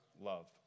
love